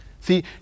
See